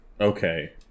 Okay